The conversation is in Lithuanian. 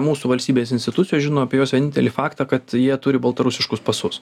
mūsų valstybės institucijos žino apie juos vienintelį faktą kad jie turi baltarusiškus pasus